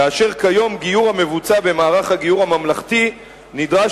כאשר כיום לגיור המבוצע במערך הגיור הממלכתי נדרש